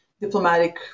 diplomatic